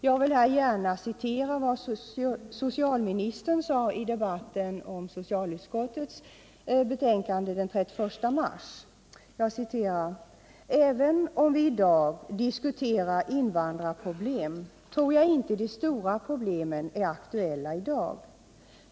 Jag vill här gärna citera vad socialministern sade i debatten den 31 mars om socialutskottets betänkande: ”-—-- även om vi i dag diskuterar vissa invandrarproblem, tror jag inte att de stora problemen är aktuella i dag.